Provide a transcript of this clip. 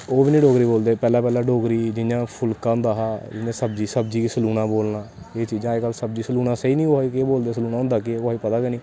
ओह् बी नी डोगरी बोलदे पैह्लैं पैह्लैं जियां फुल्का होंदा हा सब्भजी गी सलूना बोलना एह् चीजां अज कल सब्जी सलूनां स्हेई गै नी केह् बोलदे सलूनां होंदे केह् पता गै नी